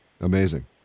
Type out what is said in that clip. Amazing